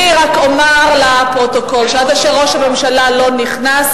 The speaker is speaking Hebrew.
אני רק אומר לפרוטוקול שעד אשר ראש הממשלה לא נכנס,